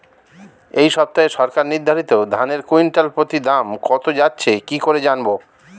এই সপ্তাহে সরকার নির্ধারিত ধানের কুইন্টাল প্রতি দাম কত যাচ্ছে কি করে জানবো?